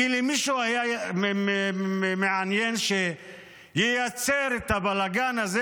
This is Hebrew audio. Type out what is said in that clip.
כי למישהו היה מעניין שייווצר הבלגן הזה,